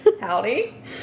Howdy